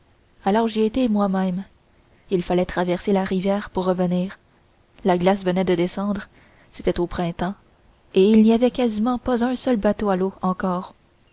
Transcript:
alors j'y ai été moi-même il fallait traverser la rivière pour revenir la glace venait de descendre cétait au printemps et il n'y avait quasiment pas un seul bateau à l'eau encore